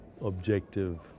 objective